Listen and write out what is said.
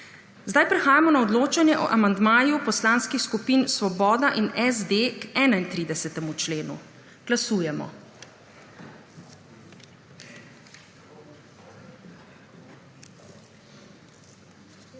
Prehajamo na odločanje o amandmaju Poslanskih skupin Svoboda in SD k 27. členu. Glasujemo.